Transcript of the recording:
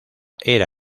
era